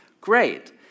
Great